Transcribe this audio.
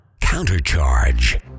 Countercharge